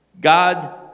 God